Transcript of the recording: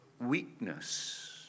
weakness